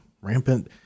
rampant